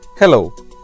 Hello